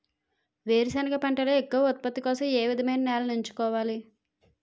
వేరుసెనగ పంటలో ఎక్కువ ఉత్పత్తి కోసం ఏ విధమైన నేలను ఎంచుకోవాలి?